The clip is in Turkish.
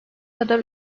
kadar